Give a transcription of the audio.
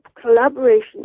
Collaboration